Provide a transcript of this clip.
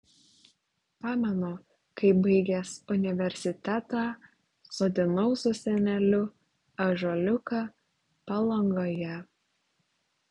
pamenu kaip baigęs universitetą sodinau su seneliu ąžuoliuką palangoje